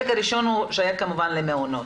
אחד, מעונות.